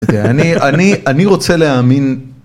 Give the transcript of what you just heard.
אני אני אני רוצה להאמין.